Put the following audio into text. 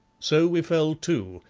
so we fell to,